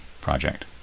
project